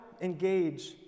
engage